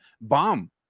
bomb